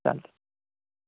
चालतं